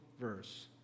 verse